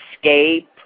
escape